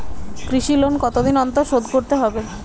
কৃষি লোন কতদিন অন্তর শোধ করতে হবে?